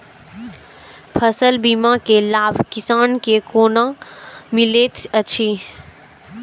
फसल बीमा के लाभ किसान के कोना मिलेत अछि?